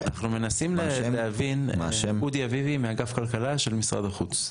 אני מאגף כלכלה של משרד החוץ.